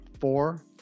four